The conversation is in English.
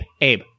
Abe